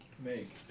Make